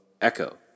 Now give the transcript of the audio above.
Echo